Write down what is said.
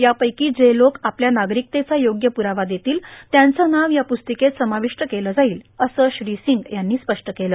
यापैकी जे लोक आपल्या नागरिकतेचा योग्य प्ररावा देतील त्यांचं नाव या प्रस्तिकेत समाविष्ट केलं जाईल असं श्री सिंग यांनी स्पष्ट केलं